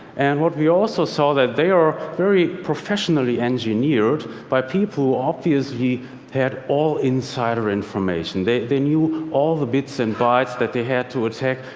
and we also saw that they are very professionally engineered by people who obviously had all insider information. they they knew all the bits and bites that they had to attack.